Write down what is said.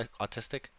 autistic